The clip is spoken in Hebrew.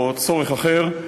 או צורך אחר,